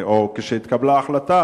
כשהתקבלה ההחלטה,